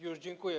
Już, dziękuję.